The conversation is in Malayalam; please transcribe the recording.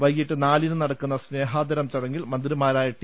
വൈകിട്ട് നാലിന് നടക്കുന്ന സ്നേഹാദരം ചടങ്ങിൽ മന്ത്രിമാരായ ടി